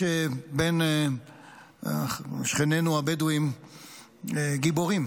יש בין שכנינו הבדואים גיבורים